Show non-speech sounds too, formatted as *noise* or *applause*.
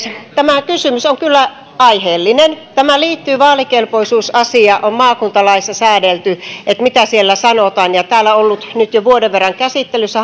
tämä kysymys on kyllä aiheellinen vaalikelpoisuusasia on maakuntalaissa säädelty ja tämä liittyy siihen mitä siellä sanotaan ja se on täällä ollut nyt jo vuoden verran käsittelyssä *unintelligible*